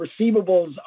receivables